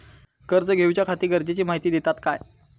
कर्ज घेऊच्याखाती गरजेची माहिती दितात काय?